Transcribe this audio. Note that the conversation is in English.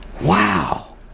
Wow